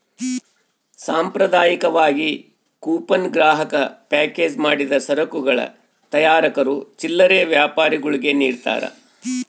ಸಾಂಪ್ರದಾಯಿಕವಾಗಿ ಕೂಪನ್ ಗ್ರಾಹಕ ಪ್ಯಾಕೇಜ್ ಮಾಡಿದ ಸರಕುಗಳ ತಯಾರಕರು ಚಿಲ್ಲರೆ ವ್ಯಾಪಾರಿಗುಳ್ಗೆ ನಿಡ್ತಾರ